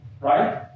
right